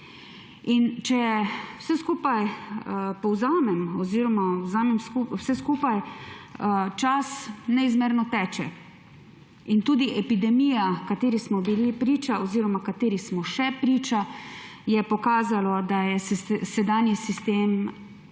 Če vse skupaj povzamem oziroma vzamem vse skupaj, čas neizmerno teče. In tudi epidemija, kateri smo bili priča oziroma kateri smo še priča, je pokazala, da sedanji sistem